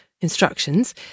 instructions